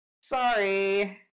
Sorry